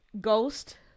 Ghost